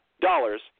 dollars